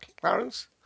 Clarence